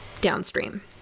downstream